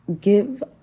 give